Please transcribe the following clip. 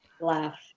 laugh